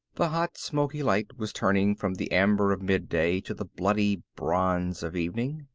the hot smoky light was turning from the amber of midday to the bloody bronze of evening.